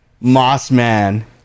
Mossman